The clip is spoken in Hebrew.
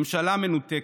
ממשלה מנותקת.